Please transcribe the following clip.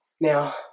Now